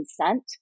consent